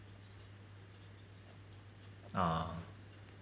uh